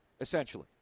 essentially